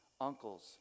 uncles